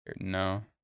No